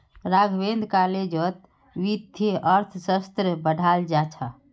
राघवेंद्र कॉलेजत वित्तीय अर्थशास्त्र पढ़ाल जा छ